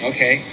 Okay